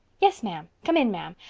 yes, ma'am. come in, ma'am.